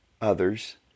others